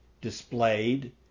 displayed